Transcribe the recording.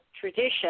tradition